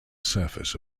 surface